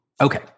Okay